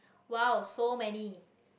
!wow! so many